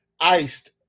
iced